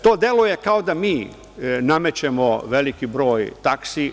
To deluje kao da mi namećemo veliki broj taksi.